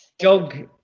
jog